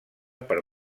per